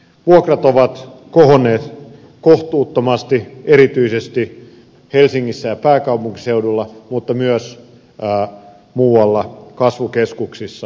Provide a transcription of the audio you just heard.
vuokrat ovat kohonneet kohtuuttomasti erityisesti helsingissä ja pääkaupunkiseudulla mutta myös muualla kasvukeskuksissa